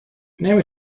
نمی